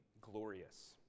glorious